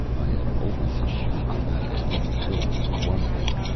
i have always eschewed tobacco in every form, for one thing,